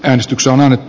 äänestyksen äänet